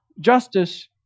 justice